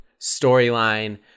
storyline